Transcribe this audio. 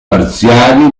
parziale